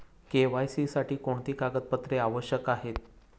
KYC साठी कोणती कागदपत्रे आवश्यक आहेत?